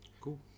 Cool